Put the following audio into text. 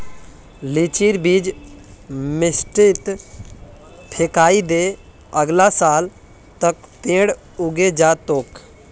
लीचीर बीज मिट्टीत फेकइ दे, अगला साल तक पेड़ उगे जा तोक